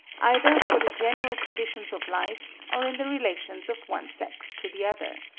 either for the general conditions of life, or in the relations of one sex to the other.